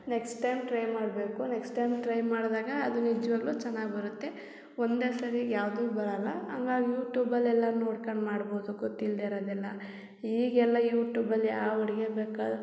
next time try ಮಾಡಬೇಕು next time try ಮಾಡಿದಾಗ ಅದು ನಿಜ್ವಾಗ್ಯೂ ಚೆನ್ನಾಗಿ ಬರುತ್ತೆ ಒಂದೇ ಸರಿಗೆ ಯಾವುದೂ ಬರಲ್ಲ ಹಂಗಾಗ್ ಯೂಟೂಬಲ್ಲಿ ಎಲ್ಲ ನೋಡ್ಕಂಡು ಮಾಡ್ಬೌದು ಗೊತ್ತಿಲ್ಲದೆ ಇರೋದೆಲ್ಲ ಈಗ ಎಲ್ಲ ಯುಟೂಬಲ್ಲಿ ಯಾವ ಅಡುಗೆ ಬೇಕಾರೆ